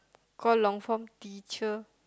call long form teacher